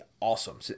awesome